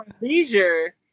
leisure